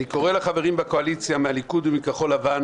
אני קורא לחברים בקואליציה מהליכוד ומכחול לבן